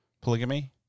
polygamy